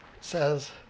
says